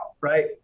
right